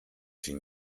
sie